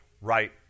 right